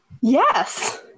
Yes